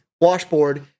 washboard